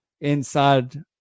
inside